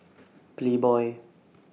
Playboy